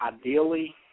Ideally